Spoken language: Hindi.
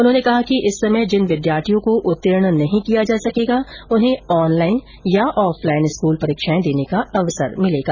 उन्होंने कहा कि इस समय जिन विद्यार्थियों को उत्तीर्ण नहीं किया जा सकेगा उन्हें आनलाइन या ऑफलाइन स्कूल परीक्षाएं देने का अवसर मिलेगा